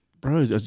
Bro